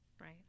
Right